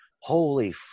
Holy